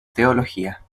teología